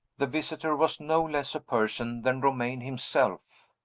the visitor was no less a person than romayne himself.